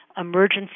emergency